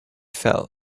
fell